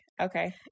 Okay